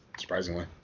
surprisingly